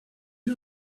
you